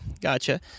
gotcha